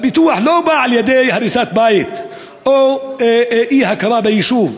הפיתוח לא בא על-ידי הריסת בית או אי-הכרה ביישוב,